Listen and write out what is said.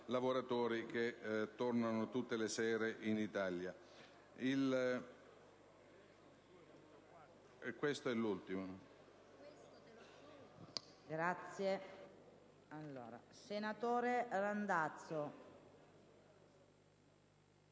lavoratori che tornano tutte le sere in Italia.